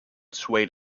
swayed